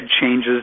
changes